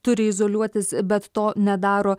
turi izoliuotis bet to nedaro